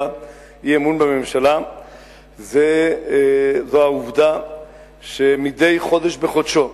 אי-אמון בממשלה זה העובדה שמדי חודש בחודשו,